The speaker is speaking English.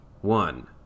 one